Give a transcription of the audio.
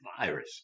virus